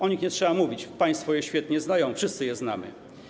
O nich nie trzeba mówić, państwo je świetnie znają, wszyscy je znamy.